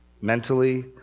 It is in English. mentally